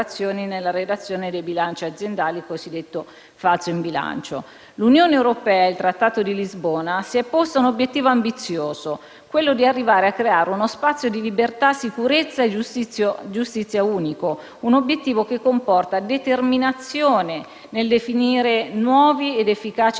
L'Unione europea con il Trattato di Lisbona si è posta l'obiettivo ambizioso di arrivare a creare uno spazio di libertà sicurezza e giustizia unico; un obiettivo che comporta determinazione nel definire nuovi ed efficaci